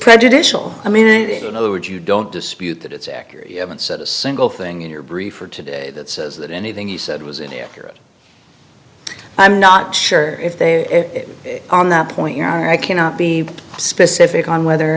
prejudicial i mean in other words you don't dispute that it's accurate you haven't said a single thing in your brief or today that says that anything he said was in a curate i'm not sure if they are on that point you are i cannot be specific on whether or